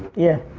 yeah.